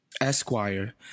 Esquire